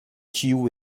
ĉiu